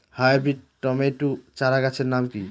Hybrid tomato চারাগাছের নাম কি?